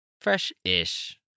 Fresh-ish